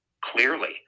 clearly